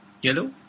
Yellow